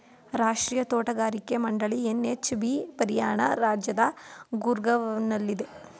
ರಾಷ್ಟ್ರೀಯ ತೋಟಗಾರಿಕಾ ಮಂಡಳಿ ಎನ್.ಎಚ್.ಬಿ ಹರಿಯಾಣ ರಾಜ್ಯದ ಗೂರ್ಗಾವ್ನಲ್ಲಿದೆ